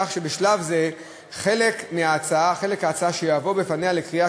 כך שבשלב זה חלק ההצעה שיבוא בפניה לקריאה